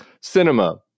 Cinema